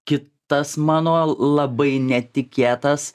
kit tas mano labai netikėtas